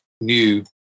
new